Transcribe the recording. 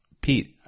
Pete